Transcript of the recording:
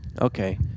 Okay